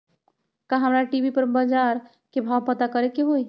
का हमरा टी.वी पर बजार के भाव पता करे के होई?